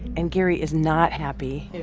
and gary is not happy.